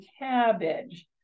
cabbage